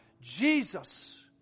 Jesus